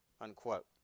unquote